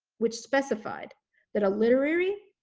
which specified that a literary,